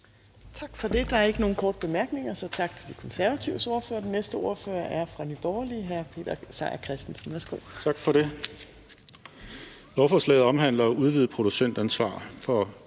Tak for det. Der er ikke nogen korte bemærkninger. Så tak til De Konservatives ordfører. Den næste ordfører er fra Nye Borgerlige. Hr. Peter Seier Christensen, værsgo. Kl. 12:55 (Ordfører) Peter Seier Christensen (NB):